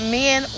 men